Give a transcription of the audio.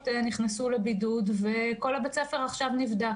נכנסו לבידוד וכל בית הספר עכשיו נבדק.